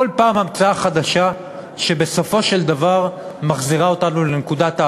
כל פעם המצאה חדשה שבסופו של דבר מחזירה אותנו לנקודת ההתחלה.